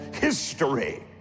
history